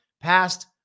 passed